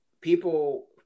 people